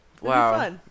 Wow